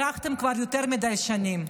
ברחתם כבר יותר מדי שנים.